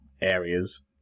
areas